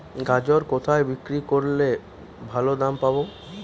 গাজর কোথায় বিক্রি করলে ভালো দাম পাব?